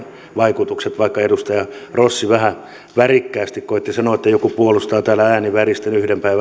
vaikutukset vaikka edustaja rossi vähän värikkäästi koetti sanoa että joku puolustaa täällä ääni väristen yhden päivän